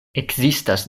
ekzistas